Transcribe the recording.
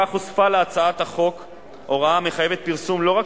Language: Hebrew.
כך הוספה להצעת החוק הוראה המחייבת פרסום לא רק